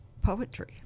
poetry